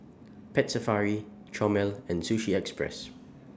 Pet Safari Chomel and Sushi Express